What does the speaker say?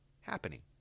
happening